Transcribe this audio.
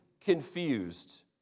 confused